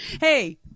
Hey